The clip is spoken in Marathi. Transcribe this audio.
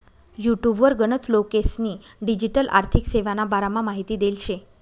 युटुबवर गनच लोकेस्नी डिजीटल आर्थिक सेवाना बारामा माहिती देल शे